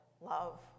love